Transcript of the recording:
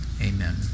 amen